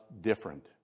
different